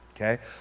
okay